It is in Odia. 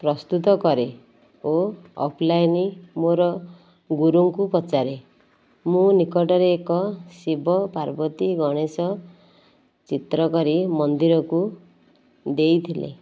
ପ୍ରସ୍ତୁତ କରେ ଓ ଅଫ୍ଲାଇନ୍ ମୋର ଗୁରୁଙ୍କୁ ପଚାରେ ମୁଁ ନିକଟରେ ଏକ ଶିବ ପାର୍ବତୀ ଗଣେଶ ଚିତ୍ର କରି ମନ୍ଦିରକୁ ଦେଇଥିଲି